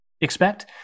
expect